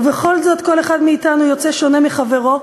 ובכל זאת כל אחד מאתנו יוצא שונה מחברו,